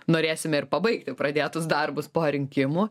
norėsime ir pabaigti pradėtus darbus po rinkimų